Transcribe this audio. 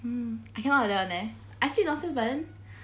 hmm I cannot like that [one] leh I sleep downstairs but then